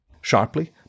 Sharply